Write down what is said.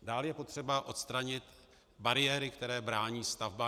Dále je potřeba odstranit bariéry, které brání stavbám.